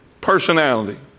personality